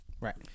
Right